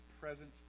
presence